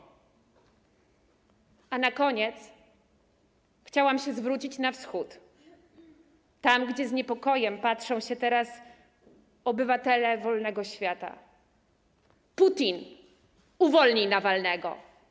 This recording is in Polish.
A na koniec chciałam się zwrócić na Wschód, tam, gdzie z niepokojem patrzą teraz obywatele wolnego świata: Putin, uwolnij Nawalnego.